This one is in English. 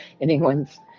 anyone's